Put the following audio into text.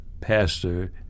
pastor